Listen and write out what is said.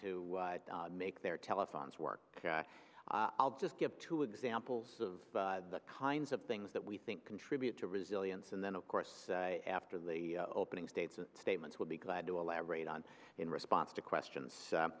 to make their telephones work i'll just give two examples of the kinds of things that we think contribute to resilience and then of course after the opening states statements will be glad to elaborate on in response to questions